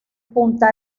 punta